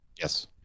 Yes